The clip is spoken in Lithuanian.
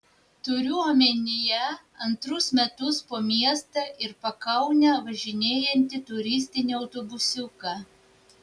turiu omenyje antrus metus po miestą ir pakaunę važinėjantį turistinį autobusiuką